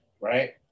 right